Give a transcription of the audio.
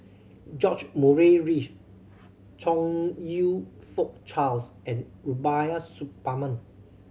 George Murray Reith Chong You Fook Charles and Rubiah Suparman